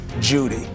judy